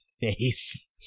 face